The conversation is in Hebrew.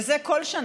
וזה כל שנה,